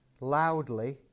loudly